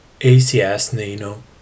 ACS-Nano